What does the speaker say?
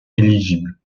éligibles